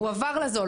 הוא עבר לזול.